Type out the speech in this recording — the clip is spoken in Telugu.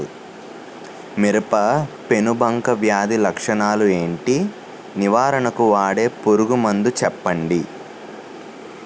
మిరప పెనుబంక వ్యాధి లక్షణాలు ఏంటి? నివారణకు వాడే పురుగు మందు చెప్పండీ?